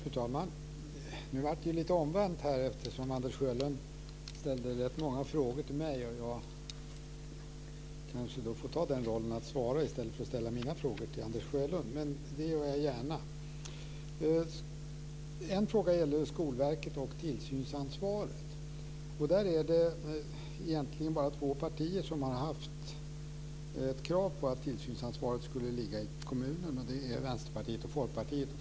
Fru talman! Det blev lite ombytta roller här, eftersom Anders Sjölund ställde rätt många frågor till mig. Jag får då kanske ta på mig den rollen att svara i stället för att ställa frågor till Anders Sjölund. Men det gör jag gärna. En fråga gällde Skolverkets tillsynsansvar. Det är egentligen två partier som har ställt krav på att tillsynsansvaret skulle ligga på kommunen, nämligen Vänsterpartiet och Folkpartiet.